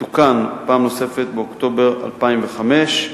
ותוקן פעם נוספת באוקטובר 2005,